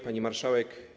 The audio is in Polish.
Pani Marszałek!